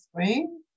screen